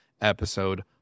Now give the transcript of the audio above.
episode